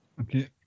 Okay